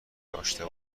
داشته